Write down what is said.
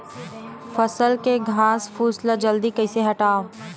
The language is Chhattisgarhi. फसल के घासफुस ल जल्दी कइसे हटाव?